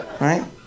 right